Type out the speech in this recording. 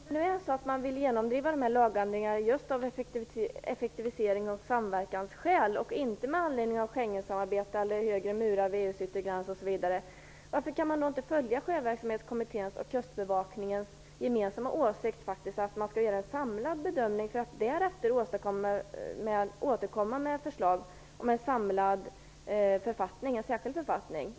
Fru talman! Om man nu vill genomdriva lagändringarna av just effektiviserings och samverkansskäl och inte med anledning av ett Schengensamarbete eller högre murar vid EU:s yttre gräns osv., varför kan man då inte följa Sjöverksamhetskommitténs och kustbevakningens gemensamma åsikt att man bör göra en samlad bedömning för att därefter återkomma med ett förslag om en särskild författning?